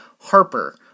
Harper